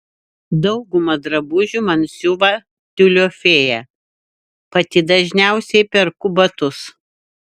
daugumą drabužių man siuva tiulio fėja pati dažniausiai perku batus